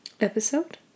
episode